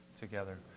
together